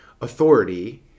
authority